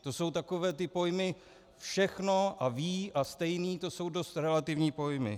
To jsou takové ty pojmy všechno a ví a stejný, to jsou dost relativní pojmy.